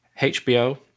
HBO